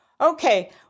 Okay